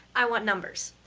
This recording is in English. i want numbers.